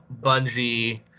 Bungie